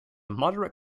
moderate